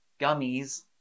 gummies